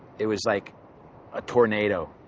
it was like a tornado.